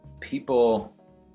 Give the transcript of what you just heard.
people